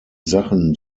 sachen